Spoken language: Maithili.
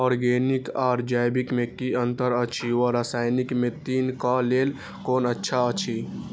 ऑरगेनिक आर जैविक में कि अंतर अछि व रसायनिक में तीनो क लेल कोन अच्छा अछि?